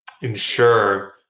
ensure